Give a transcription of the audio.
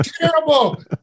terrible